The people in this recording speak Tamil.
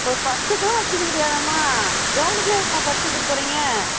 ஒரு பர்ஸு கூட வச்சிக்க முடியாதாம்மா கிரவுண்டுக்கெல்லாம் எதுக்கும்மா பர்ஸு எடுத்துட்டு போகறீங்க